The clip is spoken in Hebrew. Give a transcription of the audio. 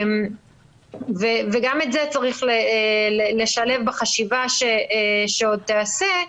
גם את זה צריך לשלב בחשיבה שעוד תיעשה,